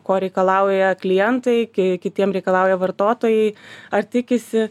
ko reikalauja klientai kai kitiem reikalauja vartotojai ar tikisi